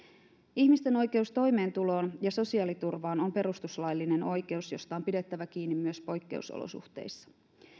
ihmisten oikeus toimeentuloon ja sosiaaliturvaan on perustuslaillinen oikeus josta on pidettävä kiinni myös poikkeusolosuhteissa